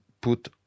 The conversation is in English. put